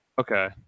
Okay